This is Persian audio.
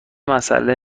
مسئله